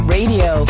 Radio